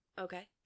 okay